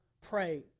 pray